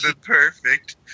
perfect